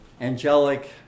angelic